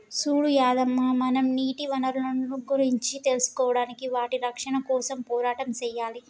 సూడు యాదయ్య మనం నీటి వనరులను గురించి తెలుసుకోడానికి వాటి రక్షణ కోసం పోరాటం సెయ్యాలి